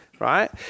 Right